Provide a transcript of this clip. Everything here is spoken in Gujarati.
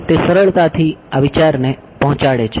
તે સરળતાથી આ વિચારને પહોંચાડે છે